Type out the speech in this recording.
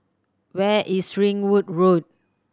where is Ringwood Road